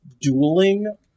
dueling